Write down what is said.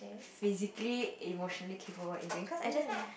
physically emotionally capable or anything cause I just